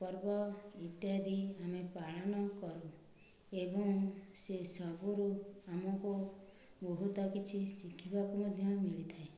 ପର୍ବ ଇତ୍ୟାଦି ଆମେ ପାଳନ କରୁ ଏବଂ ସେସବୁରୁ ଆମକୁ ବହୁତ କିଛି ଶିଖିବାକୁ ମଧ୍ୟ ମିଳିଥାଏ